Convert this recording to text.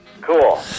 Cool